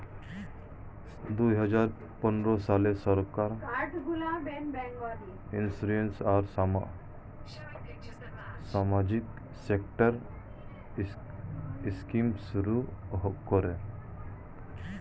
দুই হাজার পনেরো সালে সরকার ইন্সিওরেন্স আর সামাজিক সেক্টরের স্কিম শুরু করে